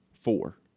four